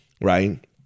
right